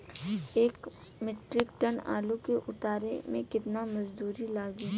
एक metric ton आलू के उतारे मे कितना मजदूर लागि?